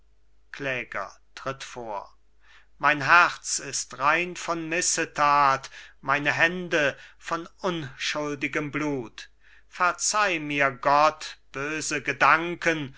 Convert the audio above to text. kläger tritt vor mein herz ist rein von missetat meine hände von unschuldigem blut verzeih mir gott böse gedanken